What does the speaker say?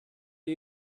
are